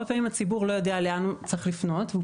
הרבה פעמים הציבור לא יודע לאן הוא צריך לפנות והוא